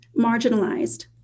marginalized